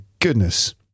goodness